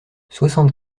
soixante